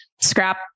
scrap